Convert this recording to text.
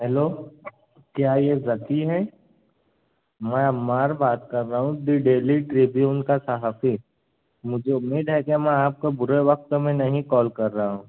hello کیا یہ ذکی ہیں میں عمار بات کر رہا ہوں دی ڈیلی ٹریبیون کا صحافی مجھے امید ہے کہ میں آپ کو برے وقت میں نہیں کال کر رہا ہوں